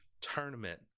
tournament